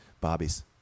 Bobby's